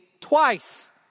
twice